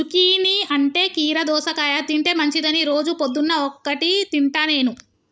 zucchini అంటే కీరా దోసకాయ తింటే మంచిదని రోజు పొద్దున్న ఒక్కటి తింటా నేను